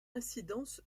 incidence